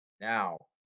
Now